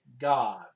God